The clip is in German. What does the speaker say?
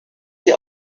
sie